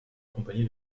accompagné